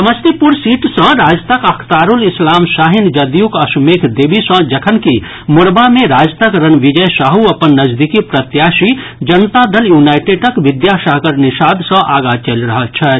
Samastipur seat सॅ राजदक अख्तारूल इस्लाम शाहीन जदयूक अश्वमेघ देवी सॅ जखनकि मोरवा मे राजदक रणविजय साहू अपन नजदीकी प्रत्याशी जनता दल यूनाईटेडक विद्यासागर निषाद सॅ आगां चलि रहल छथि